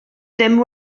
ddim